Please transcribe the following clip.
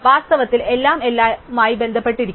വാസ്തവത്തിൽ എല്ലാം എല്ലാവുമായി ബന്ധപ്പെട്ടിരിക്കണം